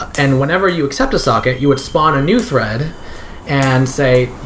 and whenever you accept a socket, you would spot a new thread and say,